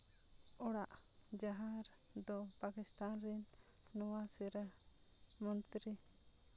ᱚᱲᱟᱜ ᱡᱟᱦᱟᱸ ᱫᱚ ᱯᱟᱠᱤᱥᱛᱷᱟᱱ ᱨᱤᱱ ᱱᱚᱣᱟ ᱥᱤᱨᱟᱹ ᱢᱚᱱᱛᱨᱤ